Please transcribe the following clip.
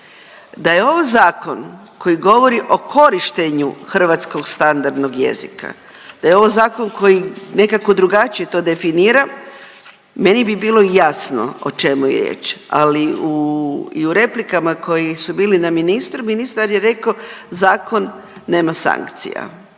Da je ovo zakon koji govori o korištenju hrvatskog standardnog jezika, da je ovo zakon koji nekako drugačije to definira, meni bi bilo jasno o čemu je riječ, ali u, i u replikama koji su bili na ministri, ministar je rekao zakon nema sankcija.